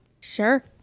Sure